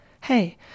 Hey